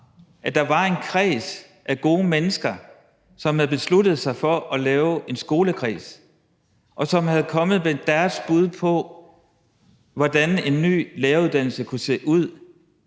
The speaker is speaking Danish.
at der var en kreds af gode mennesker, som havde besluttet sig for at lave en skolekreds, og som var kommet med deres bud på, hvordan en ny læreruddannelse kunne se ud,